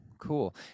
Cool